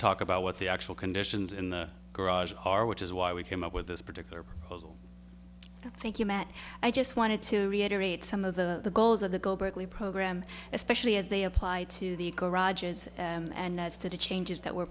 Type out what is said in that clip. talk about what the actual conditions in the garage are which is why we came up with this particular proposal thank you matt i just wanted to reiterate some of the goals of the go berkeley program especially as they apply to the garages and as to the changes that we're